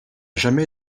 jamais